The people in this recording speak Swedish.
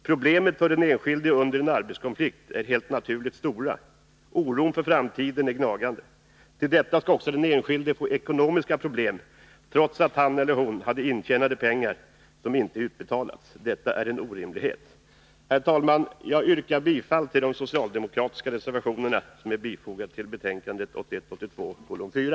Problemen för den enskilde under en arbetskonflikt är helt naturligt stora. Oron för framtiden är gnagande. Till detta skall också den enskilde få ekonomiska problem, trots att han eller hon har intjänat pengar som inte utbetalas. Detta är en orimlighet. Fru talman! Jag yrkar bifall till de socialdemokratiska reservationerna som är fogade till betänkande 1981/82:4.